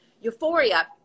Euphoria